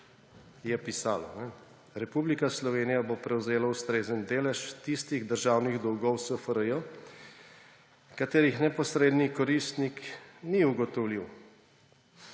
je pisalo: »Republika Slovenija bo prevzela ustrezen delež tistih državnih dolgov SFRJ, katerih neposredni koristnik ni ugotovljiv.«